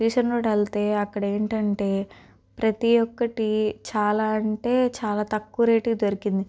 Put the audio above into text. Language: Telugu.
బీసెంట్ రోడ్ వెళ్తే అక్కడ ఏంటంటే ప్రతీ ఒక్కటీ చాలా అంటే చాలా తక్కువ రేటుకి దొరికింది